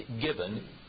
given